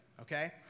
okay